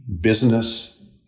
business